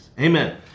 Amen